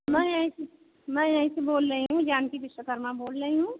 मैं यहीं से मैं यहीं से बोल रही हूँ जानकी विश्वकर्मा बोल रही हूँ